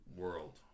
world